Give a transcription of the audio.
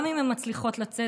גם אם הן מצליחות לצאת,